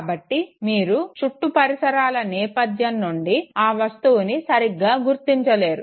కాబట్టి మీరు చుట్టూ పరిసరాల నేపధ్యం నుండి ఆ వస్తువుని సరిగ్గా గుర్తించలేరు